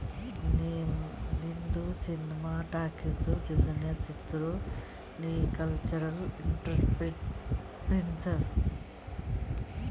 ನಿಂದು ಸಿನಿಮಾ ಟಾಕೀಸ್ದು ಬಿಸಿನ್ನೆಸ್ ಇದ್ದುರ್ ನೀ ಕಲ್ಚರಲ್ ಇಂಟ್ರಪ್ರಿನರ್ಶಿಪ್